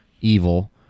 evil